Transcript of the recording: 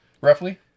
Roughly